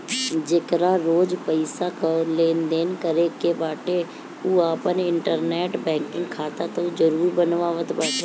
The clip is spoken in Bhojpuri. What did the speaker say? जेकरा रोज पईसा कअ लेनदेन करे के बाटे उ आपन इंटरनेट बैंकिंग खाता तअ जरुर बनावत बाटे